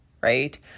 right